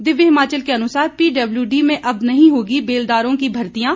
दिव्य हिमाचल के अनुसार पीडब्ल्यूडी में अब नहीं होगी बेलदारों की भर्तियां